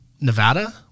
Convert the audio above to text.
Nevada